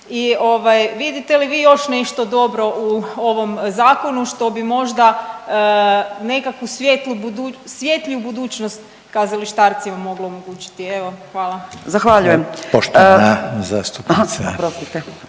I vidite li vi još nešto dobro u ovom zakonu što bi možda nekakvu svjetliju budućnost kazalištarcima moglo omogućiti? Hvala. **Raukar-Gamulin,